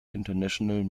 international